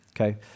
Okay